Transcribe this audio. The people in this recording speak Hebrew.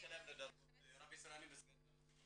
דרגות רבי סרנים וסגני אלופים.